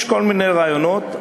יש כל מיני רעיונות.